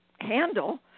handle